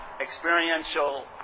experiential